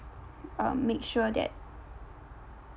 uh make sure that